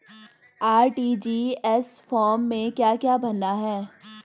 RTGS form में क्या क्या भरना है?